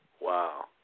Wow